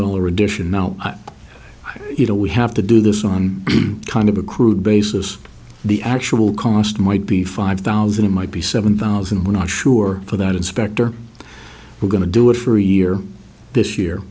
dollar addition now you know we have to do this on kind of a crude basis the actual cost might be five thousand it might be seven thousand we're not sure for that inspector we're going to do it for a year this year